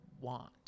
want